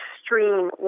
extreme